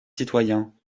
citoyens